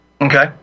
Okay